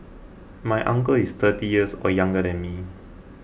my uncle is thirty years or younger than me